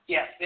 Yes